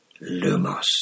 Lumos